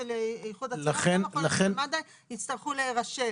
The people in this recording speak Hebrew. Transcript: של איחוד הצלה וגם הכוננים של מד"א יצטרכו להירשם.